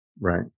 Right